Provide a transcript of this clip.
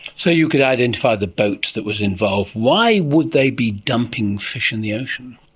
so you could identify the boat that was involved. why would they be dumping fish in the ocean?